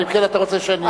אלא אם כן אתה רוצה שאני,